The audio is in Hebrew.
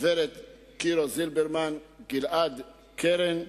ורד קירו-זילברמן, גלעד קרן,